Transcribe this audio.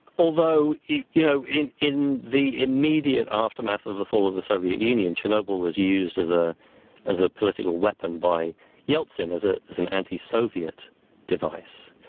although, you know in in the immediate aftermath of the fall of the soviet union, chernobyl was used as ah as a political weapon by yeltsin as ah as an anti-soviet device.